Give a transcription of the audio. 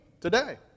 today